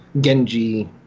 Genji